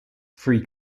three